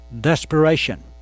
desperation